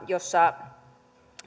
jossa